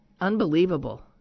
Unbelievable